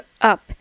up